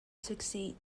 succeed